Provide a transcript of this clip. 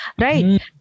Right